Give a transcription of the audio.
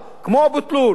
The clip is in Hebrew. כמו אבו-תלול,